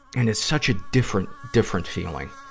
and it's such a different, different feeling.